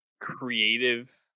creative